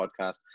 podcast